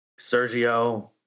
Sergio